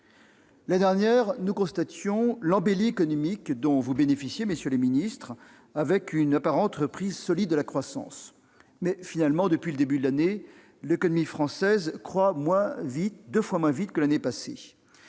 L'an dernier, nous constations l'embellie économique dont vous bénéficiiez, messieurs les ministres, avec une apparente reprise solide de la croissance. Or, depuis le début de l'année, l'économie française croît deux fois moins vite que l'an passé.